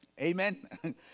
Amen